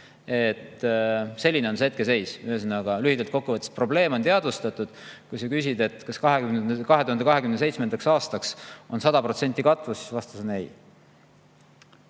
Selline on see hetkeseis. Lühidalt kokku võttes: probleem on teadvustatud. Kui sa küsid, kas 2027. aastaks on 100%-line katvus, siis vastus on ei.